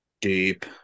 deep